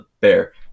Bear